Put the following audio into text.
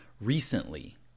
recently